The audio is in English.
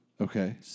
Okay